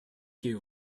you